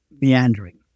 meandering